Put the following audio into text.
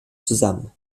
zusammen